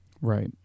Right